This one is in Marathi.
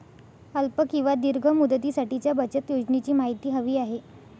अल्प किंवा दीर्घ मुदतीसाठीच्या बचत योजनेची माहिती हवी आहे